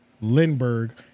Lindbergh